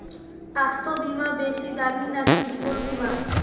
স্বাস্থ্য বীমা বেশী দামী নাকি জীবন বীমা?